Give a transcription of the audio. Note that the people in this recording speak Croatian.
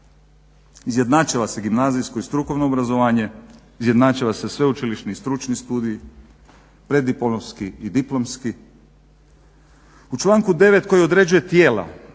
Izjednačila se gimnazijsko i strukovno obrazovanje, izjednačava se sveučilišni i stručni studij, preddiplomski i diplomski. U članku 9. Koji određuje tijela